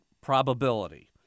probability